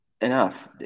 enough